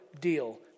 deal